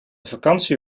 vakantie